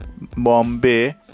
Bombay